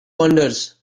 wanders